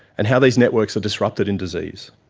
and how these networks are disrupted in disease.